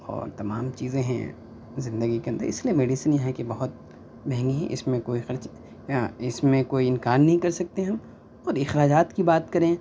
اور تمام چیزیں ہیں زندگی کے اندراس لیے میڈسین ہے یہاں کی بہت مہنگی ہیں اس میں کوئی خرچ اس میں کوئی انکار نہیں کر سکتے ہم اور اخراجات کی بات کریں